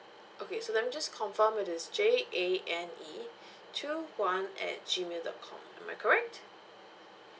okay so let me just confirm it is J A N E two one at G mail dot com am I correct